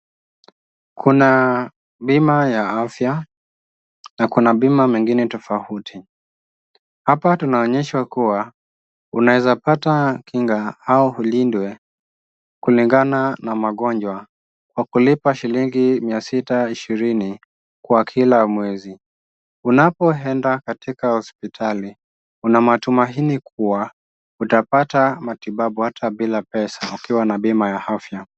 Kuna bima ya afya na kuna bima nyingine tofauti. Hapa tunaonyeshwa kuwa unaweza pata kinga au ulindwe kulingana na magonjwa kwa kulipa shillingi mia sita ishirini kwa kila mwezi. Unapoenda katika hospitali, una matumaini kuwa utapata matibabu hata bila pesa ukiwa na bima ya afya.